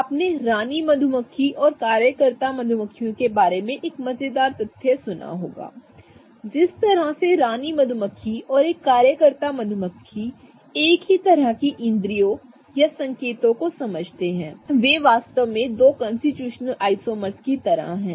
आपने 'रानी मधुमक्खी और कार्यकर्ता मधुमक्खियों' के बारे में एक मजेदार तथ्य सुना होगा जिस तरह से रानी मधुमक्खी और एक कार्यकर्ता मधुमक्खी एक तरह की इंद्रियों या संकेतों को समझते हैं मैं वास्तव में दो कॉन्स्टिट्यूशनल आइसोमर्स की तरह हैं